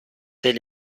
elle